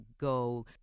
Go